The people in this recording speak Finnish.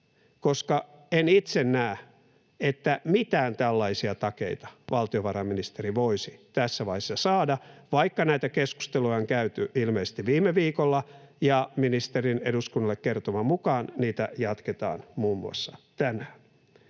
koska en itse näe, että mitään tällaisia takeita valtiovarainministeri voisi tässä vaiheessa saada, vaikka näitä keskusteluja on käyty ilmeisesti viime viikolla ja ministerin eduskunnalle kertoman mukaan niitä jatketaan muun muassa tänään.